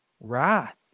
wrath